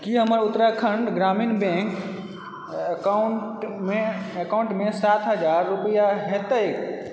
की हमर उत्तराखंड ग्रामीण बैंक अकाउंटमे सात हजार रूपैआ हेतैक